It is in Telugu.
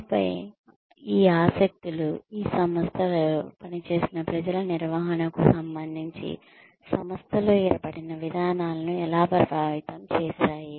ఆపై ఈ ఆసక్తులు ఈ సంస్థలలో పనిచేస్తున్న ప్రజల నిర్వహణకు సంబంధించి సంస్థలో ఏర్పడిన విధానాలను ఎలా ప్రభావితం చేశాయి